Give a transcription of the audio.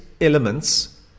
elements